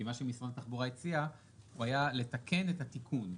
כי מה שמשרד התחבורה הציע היה לתקן את התיקון,